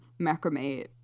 macrame